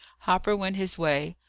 hopper went his way.